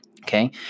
Okay